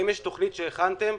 האם יש תכנית שהכנתם,